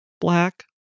Black